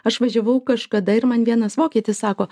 aš važiavau kažkada ir man vienas vokietis sako